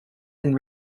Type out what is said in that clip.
and